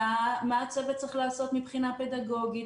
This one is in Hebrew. מה הצוות צריך לעשות מבחינה פדגוגית.